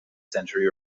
century